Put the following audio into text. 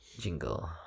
jingle